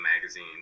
magazine